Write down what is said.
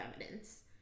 evidence